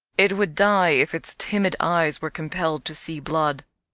it would die if its timid eyes were compelled to see blood.